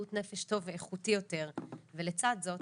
בריאות נפש טוב ואיכותי יותר ולצד זאת